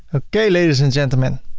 okay ladies and gentlemen.